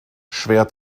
schwer